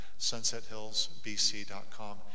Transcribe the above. sunsethillsbc.com